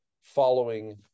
following